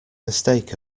mistake